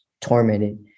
tormented